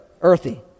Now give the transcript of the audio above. earthy